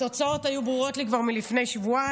התוצאות היו ברורות לי כבר לפני שבועיים.